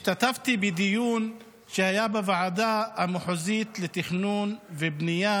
השתתפתי בדיון שהיה בוועדה המחוזית לתכנון ובנייה,